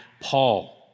Paul